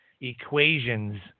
equations